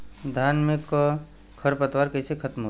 धान में क खर पतवार कईसे खत्म होई?